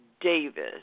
Davis